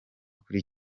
kuri